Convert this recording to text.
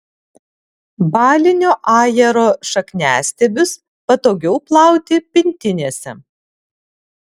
balinio ajero šakniastiebius patogiau plauti pintinėse